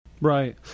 Right